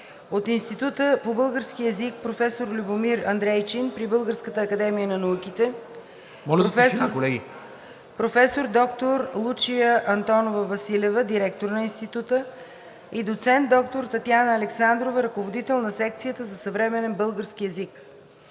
от Института по български език „Професор Любомир Андрейчин“ при Българската академия на науките професор доктор Лучия Антонова-Василева – директор на института, и доцент доктор Татяна Александрова – ръководител на Секцията за съвременен български език;